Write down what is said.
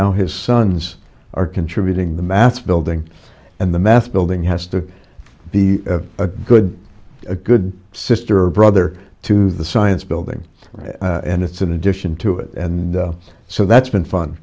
now his sons are contributing the math building and the mass building has to be a good a good sister or brother to the science building and it's in addition to it and so that's been fun